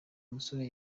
musore